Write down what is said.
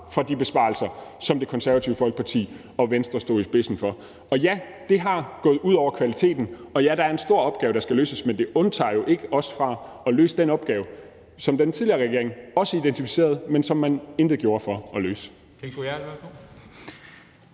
efter de besparelser, som Det Konservative Folkeparti og Venstre stod i spidsen for. Og ja, det er gået ud over kvaliteten, og ja, der er en stor opgave, der skal løses. Men det undtager jo ikke os fra at løse den opgave, som den tidligere regering også identificerede, men som den intet gjorde for at løse.